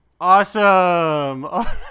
Awesome